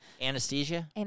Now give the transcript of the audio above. Anesthesia